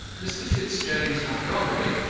mr. fitzjames montgomery,